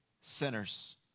sinners